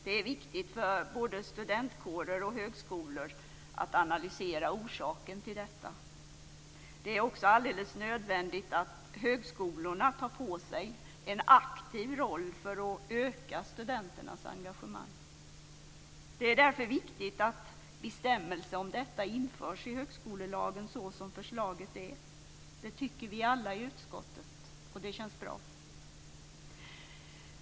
Det är viktigt för både studentkårer och högskolor att analysera orsaken till detta. Det är också alldeles nödvändigt att högskolorna tar på sig en aktiv roll för att öka studenternas engagemang. Det är därför viktigt att en bestämmelse om detta införs i högskolelagen såsom förslaget är. Det tycker vi alla i utskottet, och det känns bra.